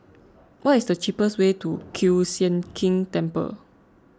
what is the cheapest way to Kiew Sian King Temple